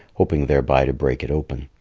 hoping thereby to break it open.